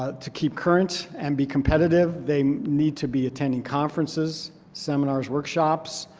ah to keep current and be competitive. they need to be attending conferences, seminars, workshops